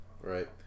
Right